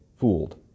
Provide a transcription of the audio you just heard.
fooled